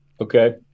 okay